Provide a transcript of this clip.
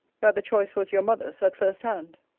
that the choice was your mother's, at first hand.